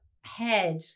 head